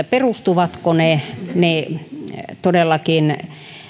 perustuvatko ne ne todellakin